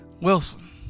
Wilson